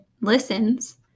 listens